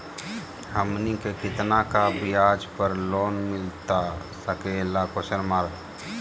हमनी के कितना का ब्याज पर लोन मिलता सकेला?